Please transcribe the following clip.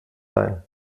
sein